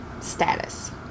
status